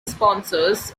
sponsors